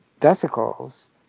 vesicles